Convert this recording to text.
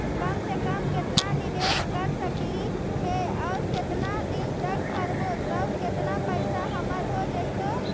कम से कम केतना पैसा निबेस कर सकली हे और केतना दिन तक करबै तब केतना पैसा हमर हो जइतै?